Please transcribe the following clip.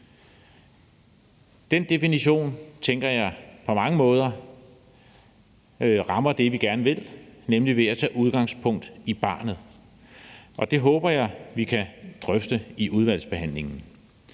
Den definition tænker jeg på mange måder rammer det, vi gerne vil, nemlig at tage udgangspunkt i barnet, og det håber jeg vi kan drøfte i udvalgsbehandlingen.